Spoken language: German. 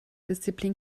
disziplin